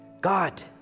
God